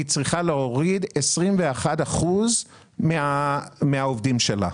היא צריכה להוריד 21 אחוזים מהעובדים שלה.